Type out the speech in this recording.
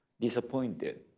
disappointed